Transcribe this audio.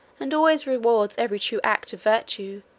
and always rewards every true act of virtue,